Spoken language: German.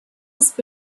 ist